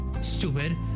Stupid